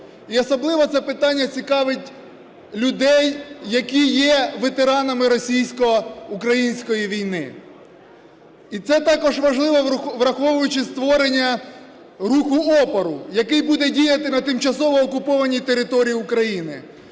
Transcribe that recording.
І особливо це питання цікавить людей, які є ветеранами російсько-української війни. І це також важливо, враховуючи створення руху опору, який буде діяти на тимчасово окупованій території України.